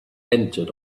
entered